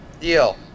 deal